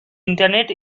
internet